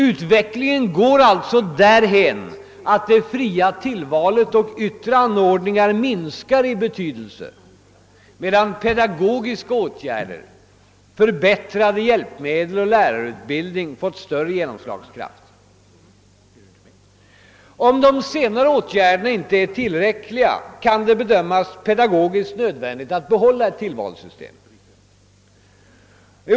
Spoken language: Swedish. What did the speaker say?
Utvecklingen går alltså därhän att det fria tillvalet och yttre anordningar minskar i betydelse medan pedagogiska åtgärder, förbättrade hjälpmedel och förbättrad lärarutbildning får större genomslagskraft. Om de senare åtgärderna inte är tillräckliga kan det bedömas som pedagogiskt nödvändigt att behålla ett tillvalssystem.